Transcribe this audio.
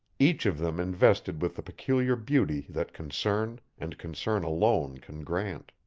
each of them invested with the peculiar beauty that concern, and concern alone, can grant.